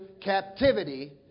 captivity